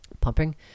pumping